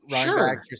Sure